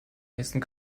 nächsten